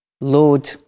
Lord